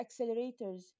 accelerators